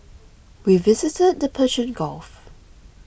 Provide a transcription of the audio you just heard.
we visited the Persian Gulf